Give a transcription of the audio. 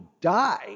die